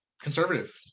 conservative